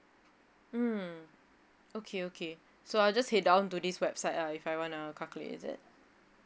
mm okay okay so I just head down to this website ah if I want to calculate is it